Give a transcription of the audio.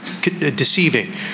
deceiving